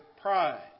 pride